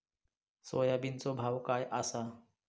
सोयाबीनचो भाव काय आसा?